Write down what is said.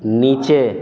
नीचे